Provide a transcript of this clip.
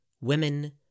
women